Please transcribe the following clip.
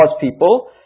people